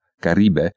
Caribe